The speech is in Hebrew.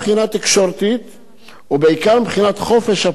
ובעיקר מבחינת חופש הפרט וחופש ההתקשרות.